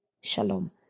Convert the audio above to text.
Shalom